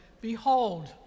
Behold